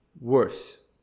worse